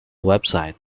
website